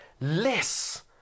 less